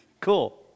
Cool